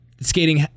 skating